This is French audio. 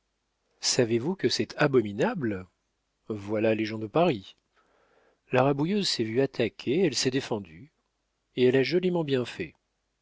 savez-vous que c'est abominable voilà les gens de paris la rabouilleuse s'est vue attaquée elle s'est défendue et elle a joliment bien fait